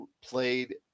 played